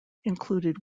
included